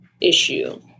issue